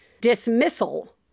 dismissal